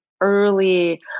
early